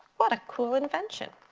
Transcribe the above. what a cool invention.